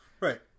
right